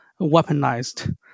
weaponized